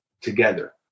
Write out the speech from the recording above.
together